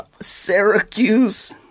Syracuse